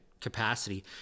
capacity